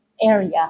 area